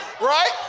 Right